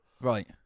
right